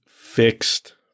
fixed